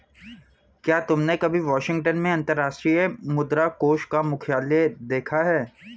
क्या तुमने कभी वाशिंगटन में अंतर्राष्ट्रीय मुद्रा कोष का मुख्यालय देखा है?